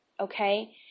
Okay